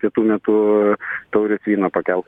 pietų metu taurės vyno pakelt